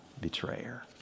betrayer